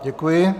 Děkuji.